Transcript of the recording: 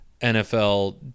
NFL